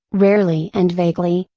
rarely and vaguely,